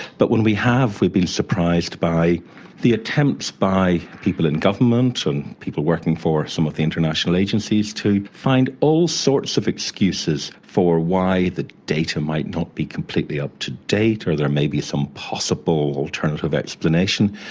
but when we have we've been surprised by the attempts by people in government and people working for some of the international agencies to find all sorts of excuses for why the data might not be completely up to date or there may be some possible alternative explanation.